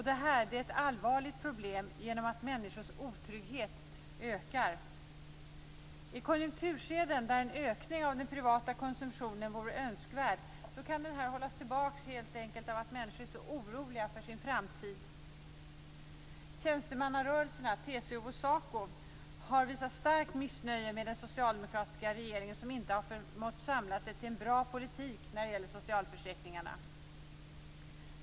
Det är ett allvarligt problem genom att människors otrygghet ökar. I konjunkturskeden där en ökning av den privata konsumtionen vore önskvärd kan en sådan hållas tillbaks helt enkelt av att människor är så oroliga för sin framtid. Tjänstemannarörelserna, TCO och SACO, har visat starkt missnöje med den socialdemokratiska regeringen, som inte har förmått samla sig till en bra politik när det gäller socialförsäkringarna.